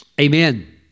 Amen